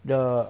the